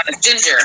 ginger